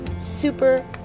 super